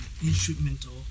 instrumental